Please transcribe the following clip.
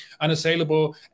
unassailable